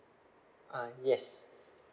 uh yes